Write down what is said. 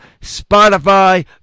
Spotify